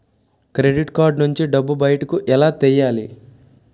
Credit card నుంచి డబ్బు బయటకు ఎలా తెయ్యలి?